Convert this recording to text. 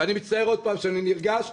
ואני מצטער עוד פעם שאני נרגש,